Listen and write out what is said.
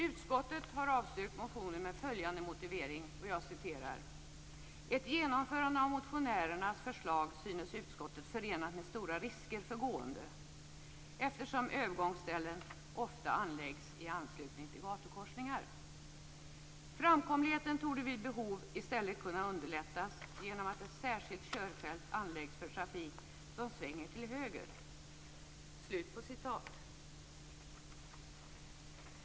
Utskottet har avstyrkt motionen med följande motivering: "Ett genomförande av motionärernas förslag synes utskottet förenat med stora risker för gående, eftersom övergångsställen ofta anläggs i anslutning till gatukorsningar. Framkomligheten torde vid behov i stället kunna underlättas genom att ett särskilt körfält anläggs för trafik som svänger till höger."